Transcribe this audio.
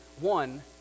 one